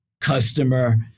customer